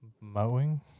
Mowing